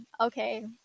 Okay